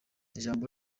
ijambo